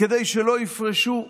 כדי שלא יפרשו.